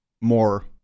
more